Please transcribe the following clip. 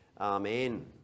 Amen